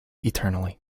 eternally